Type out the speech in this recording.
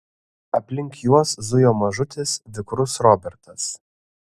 aplink juos zujo mažutis vikrus robertas